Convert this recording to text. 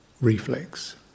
reflex